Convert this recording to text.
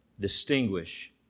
distinguish